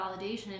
validation